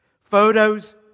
Photos